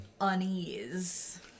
unease